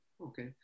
Okay